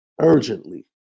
urgently